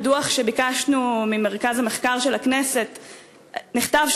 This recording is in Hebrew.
בדוח שביקשנו ממרכז המחקר של הכנסת נכתב,